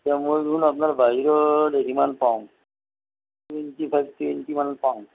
এতিয়া মই দেখোন আপোনাৰ বাহিৰত সিমান পাওঁ টুৱেণ্টি ফাইভ টুৱেণ্টি মান পাওঁ